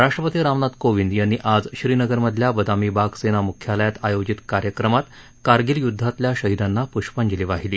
राष्ट्रपती रामनाथ कोविंद यांनी आज श्रीनगरमधल्या बदामी बाग सेना म्ख्यालयात आयोजित कार्यक्रमात कारगिल यूदधातल्या शहीदांना प्ष्पाजंली वाहिली